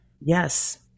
Yes